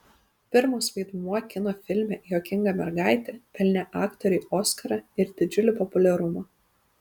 pirmas vaidmuo kino filme juokinga mergaitė pelnė aktorei oskarą ir didžiulį populiarumą